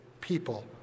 people